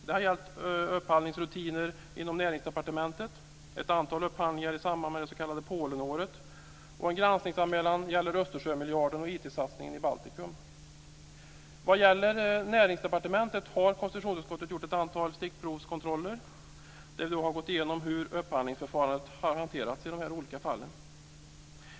Det har gällt upphandlingsrutiner inom Näringsdepartementet och ett antal upphandlingar i samband med det s.k. Polenåret. En granskningsanmälan gäller Vad gäller Näringsdepartementet har konstitutionsutskottet gjort ett antal stickprovskontroller, där vi har gått igenom hur upphandlingsförfarandet har hanterats i olika fall.